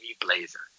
blazer